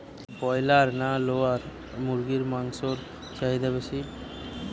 Broiler না layer মুরগির মাংসর চাহিদা বেশি?